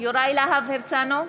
יוראי להב הרצנו,